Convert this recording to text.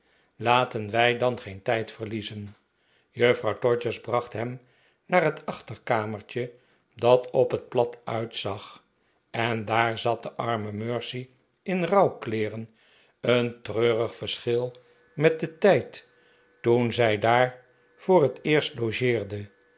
laten wij dan geen tijd verliezen juffrouw todgers bracht hem naar het achterkamertje dat op het plat uitzag en daar zat de arme mercy in rouwkleeren een treurig verschil met den tijd toen zij daar voor het eerst iogeerde